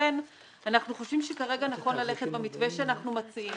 לכן אנחנו חושבים שכרגע נכון ללכת במתווה שאנחנו מציעים.